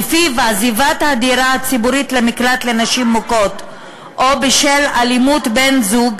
ולפיו עזיבת הדירה הציבורית למקלט לנשים מוכות או בשל אלימות בן-זוג,